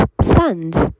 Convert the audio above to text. sons